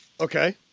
Okay